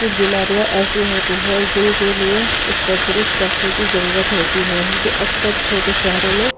کچھ بیماریاں ایسی ہوتی ہیں جن کے لیے اسپیشلسٹ ڈاکٹر کی ضرورت ہوتی ہے جو اکثر چھوٹے شہروں میں